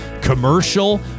commercial